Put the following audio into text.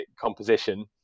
composition